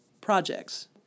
projects